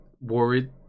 worried